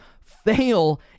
fail